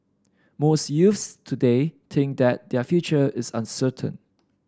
most youths today think that their future is uncertain